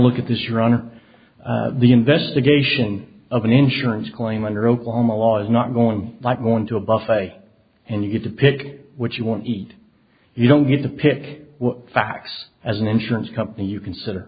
look at this year on the investigation of an insurance claim under oklahoma law is not going to like going to a buffet a and you get to pick what you want to eat you don't get to pick what facts as an insurance company you consider